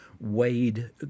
wade